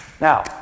Now